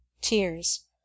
tears